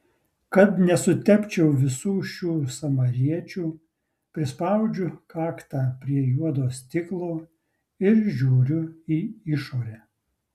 kad nesutepčiau visų šių samariečių prispaudžiu kaktą prie juodo stiklo ir žiūriu į išorę